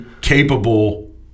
capable